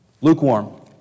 lukewarm